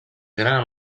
gènere